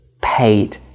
paid